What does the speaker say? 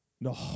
No